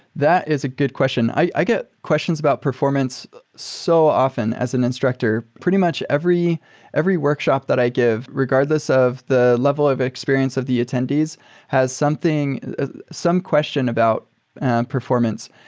that is a good question. i get questions about performance so often as an instructor. pretty much every every workshop that i give, regardless of the level of experience of the attendees has some question about performance,